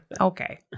Okay